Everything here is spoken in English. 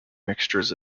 mixtures